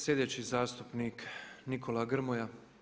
Sljedeći zastupnik Nikola Grmoja.